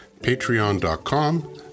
patreon.com